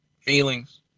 feelings